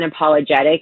unapologetic